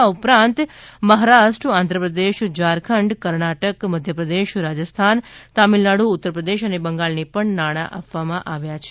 આ ઉપરાંત મહારાષ્ટ્ર આંધ્રપ્રદેશ ઝારખંડ કર્ણાટક મધ્યપ્રદેશ રાજસ્થાન તમિલનાડુ ઉત્તરપ્રદેશ અને બંગાળે નાણાં આપવામાં આવ્યા છે